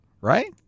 right